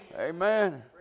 Amen